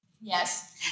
Yes